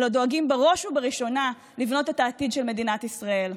אלא דואגים בראש ובראשונה לבנות את העתיד של מדינת ישראל.